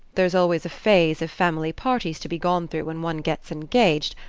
there's always a phase of family parties to be gone through when one gets engaged,